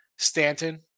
Stanton